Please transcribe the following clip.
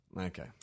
Okay